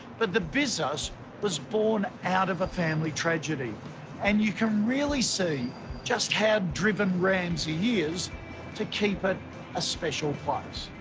but the business was born out of a family tragedy and you can really see just how driven ramsey is to keep it a special place.